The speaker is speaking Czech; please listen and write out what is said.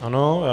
Ano.